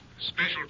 Special